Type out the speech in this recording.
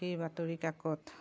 সেই বাতৰি কাকত